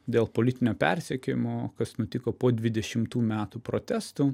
dėl politinio persekiojimo kas nutiko po dvidešimtų metų protestų